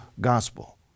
gospel